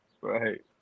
Right